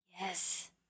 yes